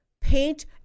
paint